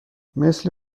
مثل